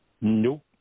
Nope